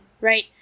right